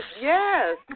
yes